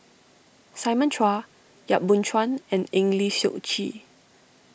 Simon Chua Yap Boon Chuan and Eng Lee Seok Chee